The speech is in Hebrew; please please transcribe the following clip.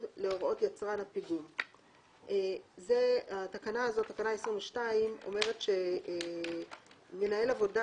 להוראות יצרן הפיגום"." תקנה 22 קובעת שמנהל עבודה,